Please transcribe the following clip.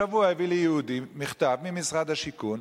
השבוע הביא לי יהודי מכתב ממשרד השיכון,